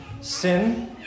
sin